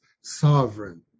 sovereign